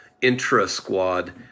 intra-squad